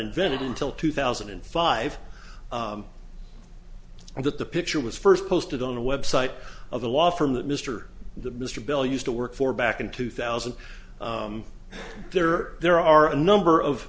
invented until two thousand and five and that the picture was first posted on a website of the law firm that mr mr bill used to work for back in two thousand there there are a number of